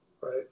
right